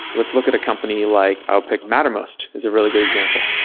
let's look at a company like i'll pick mattermost, is a really good example.